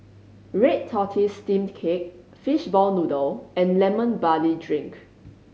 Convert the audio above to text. red tortoise steamed cake fishball noodle and Lemon Barley Drink